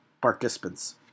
participants